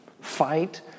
Fight